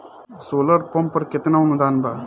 Solar pump पर केतना अनुदान बा?